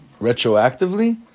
retroactively